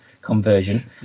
conversion